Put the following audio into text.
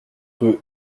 rue